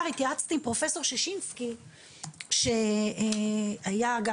התייעצתי עם פרופסור ששינסקי שהיה גם